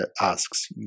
Asks